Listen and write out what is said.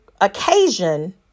occasion